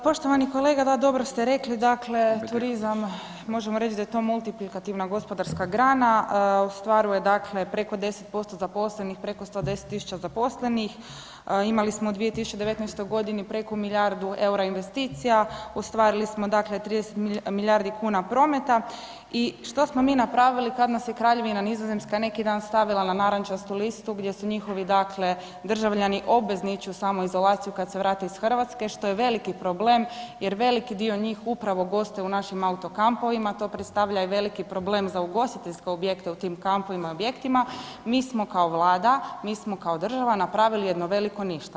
Poštovani kolega, da, dobro ste rekli, dakle, turizam, možemo reći da je to multiplikativna gospodarska grana, ostvaruje dakle preko 10% zaposlenih, preko 110 000 zaposlenih, imali smo u 2019. preko milijardu eura investicija, ostvarili smo dakle 30 milijardi kuna prometa i što smo mi napravili kad nas je Kraljevina Nizozemska neki dan stavila na narančastu listu gdje su njihovi dakle državljani obvezni ići u samoizolaciju kad se vrate iz Hrvatske, što je veliki problem jer veliki dio njih upravo gostuju u našim auto-kampovima, to predstavlja i veliki problem za ugostiteljske objekte u tim kampovima i objektima, mi smo kao Vlada, mi smo kao država napravili jedno veliko ništa.